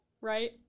right